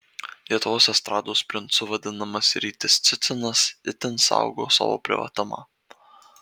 lietuvos estrados princu vadinamas rytis cicinas itin saugo savo privatumą